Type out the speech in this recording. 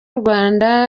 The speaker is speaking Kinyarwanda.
rwanda